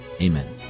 Amen